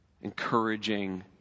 encouraging